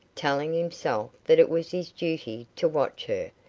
telling himself that it was his duty to watch her,